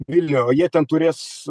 vilniuje o jie ten turės